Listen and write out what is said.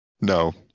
No